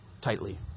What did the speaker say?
tightly